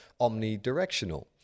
omnidirectional